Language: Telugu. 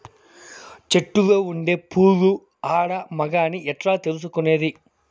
చెట్టులో ఉండే పూలు ఆడ, మగ అని ఎట్లా తెలుసుకునేది?